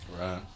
Right